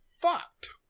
fucked